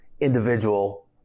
individual